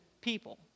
people